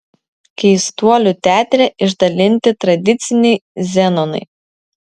keistuolių teatre išdalinti tradiciniai zenonai